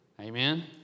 Amen